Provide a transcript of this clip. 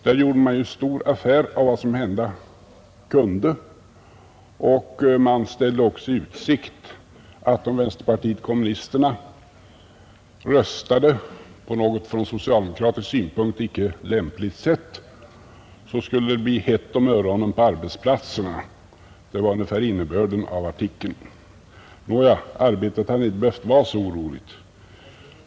Där gjorde man ju stor affär av vad som hända kunde, och man ställde också i utsikt att om vänsterpartiet kommunisterna röstade på något från socialdemokratisk synpunkt icke lämpligt sätt så skulle det bli hett om öronen på arbetsplatserna. Det var ungefär innebörden av Nåja, Arbetet hade inte behövt vara så oroligt.